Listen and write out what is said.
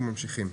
אנחנו ממשיכים.